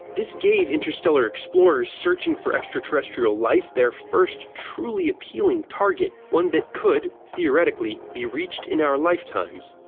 this gave interstellar explorers searching for extraterrestrial life their first truly appealing target, one that could theoretically be reached in our lifetimes.